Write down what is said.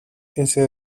ese